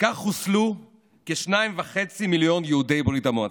כך חוסלו כ-2.5 מיליון יהודי ברית המועצות.